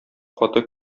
каты